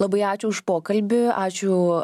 labai ačiū už pokalbį ačiū